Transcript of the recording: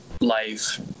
life